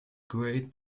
great